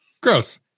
Gross